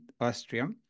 Austria